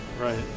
Right